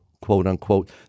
quote-unquote